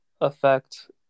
affect